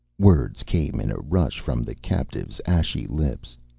words came in a rush from the captive's ashy lips.